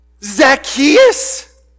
Zacchaeus